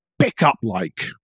pickup-like